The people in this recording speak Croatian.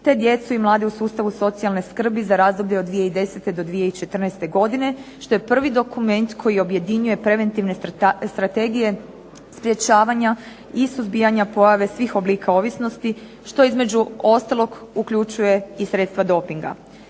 te djecu i mlade u sustavu socijalne skrbi za razdoblje od 2010. do 2014. godine, što je prvi dokument koji objedinjuje preventivne strategije sprječavanja i suzbijanja pojave svih oblika ovisnosti, što između ostalog uključuje i sredstva dopinga.